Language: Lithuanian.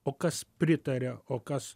o kas pritaria o kas